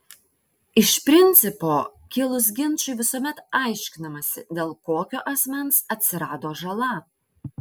iš principo kilus ginčui visuomet aiškinamasi dėl kokio asmens atsirado žala